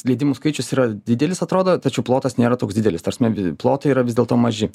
leidimų skaičius yra didelis atrodo tačiau plotas nėra toks didelis ta prasme plotai yra vis dėlto maži